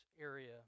area